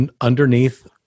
underneath